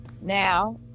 Now